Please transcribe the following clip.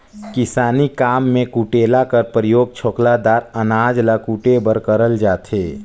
किसानी काम मे कुटेला कर परियोग छोकला दार अनाज ल कुटे बर करल जाथे